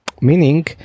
meaning